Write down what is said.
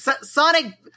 Sonic